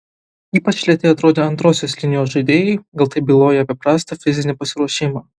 ypač lėti atrodė antrosios linijos žaidėjai gal tai byloja apie prastą fizinį pasiruošimą